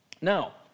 Now